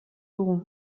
dugu